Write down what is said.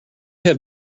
have